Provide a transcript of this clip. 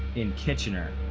in kitchener.